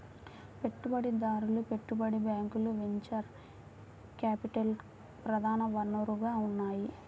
పెట్టుబడిదారులు, పెట్టుబడి బ్యాంకులు వెంచర్ క్యాపిటల్కి ప్రధాన వనరుగా ఉన్నాయి